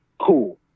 cool